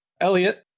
Elliot